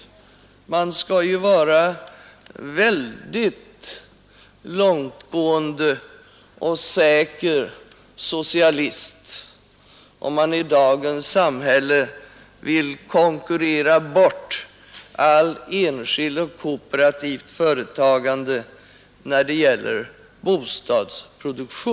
Man skall vara väldigt långtgående och säker socialist om man i dagens samhälle vill konkurrera bort allt enskilt och kooperativt företagande när det gäller bostadsproduktion.